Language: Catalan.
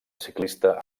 ciclista